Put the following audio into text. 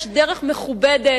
יש דרך מכובדת,